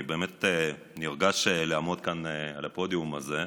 אני באמת נרגש לעמוד כאן על הפודיום הזה.